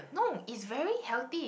no it's very healthy